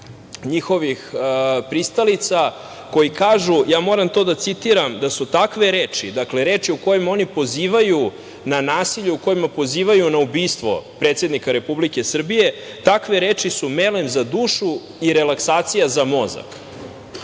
njihovih pristalica koji kažu, moram to da citiram, da su takve reči, reči kojima oni pozivaju na nasilje, u kojima pozivaju na ubistvo predsednika Republike Srbije, „melem za dušu“ i „relaksacija za mozak“.